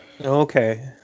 Okay